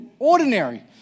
ordinary